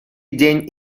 день